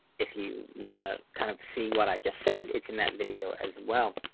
if you want to kind of see what i just said, it's in that video as well.